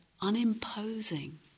unimposing